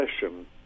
session